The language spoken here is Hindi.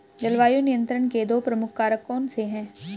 जलवायु नियंत्रण के दो प्रमुख कारक कौन से हैं?